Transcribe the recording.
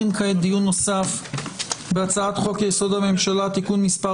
דיון נוסף בהצעת חוק-יסוד: הממשלה (תיקון מס'